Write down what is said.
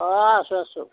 অঁ আছো আছো